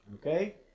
Okay